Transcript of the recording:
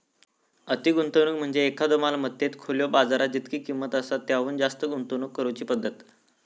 अति गुंतवणूक म्हणजे एखाद्यो मालमत्तेत खुल्यो बाजारात जितकी किंमत आसा त्याहुन जास्त गुंतवणूक करुची पद्धत